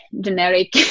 generic